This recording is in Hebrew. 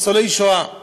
ניצולי שואה.